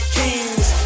kings